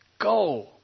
go